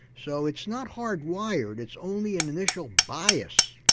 so it's not hardwired, it's only an initial bias.